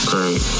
Great